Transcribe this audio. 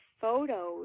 photos